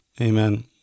Amen